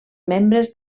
membres